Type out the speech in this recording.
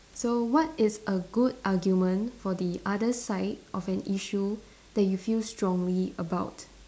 so what is a good argument for the other side of an issue that you feel strongly about